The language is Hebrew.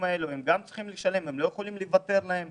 האלה וגם הם צריכים לשלם ולא יכולים לוותר על דמי השכירות.